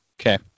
Okay